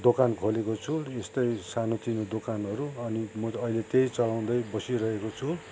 दोकान खोलेको छु यस्तै सानो तिनो दोकानहरू अनि म त अहिले त्यही चलाउँदै बसिरहेको छु